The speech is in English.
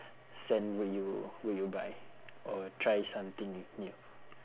scent will you will you buy or try something new